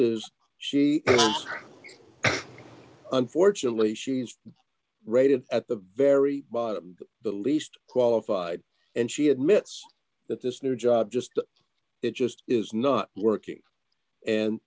is she unfortunately she's rated at the very least qualified and she admits that this new job just it just is not working and